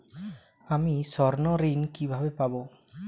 আমি স্বর্ণঋণ কিভাবে পাবো?